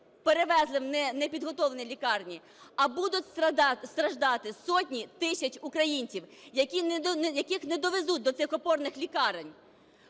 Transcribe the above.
перевезли в непідготовлені лікарні, а будуть страждати сотні тисяч українців, яких не довезуть до цих опорних лікарень.